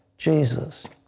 jesus,